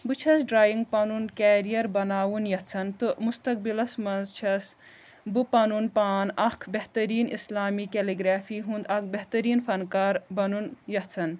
بہٕ چھَس ڈرایِنٛگ پَنُن کیریَر بَناوُن یَژھان تہٕ مُستقبِلَس منٛز چھَس بہٕ پَنُن پان اَکھ بہتریٖن اِسلامی کٮ۪لِگرٛیفی ہُنٛد اَکھ بہتریٖن فَنکار بَنُن یَژھان